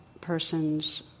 person's